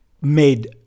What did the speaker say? made